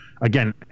again